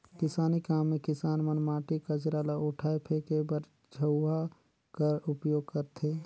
किसानी काम मे किसान मन माटी, कचरा ल उठाए फेके बर झउहा कर उपियोग करथे